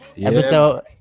episode